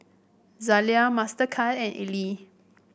Zalia Mastercard and Elle